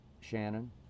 Shannon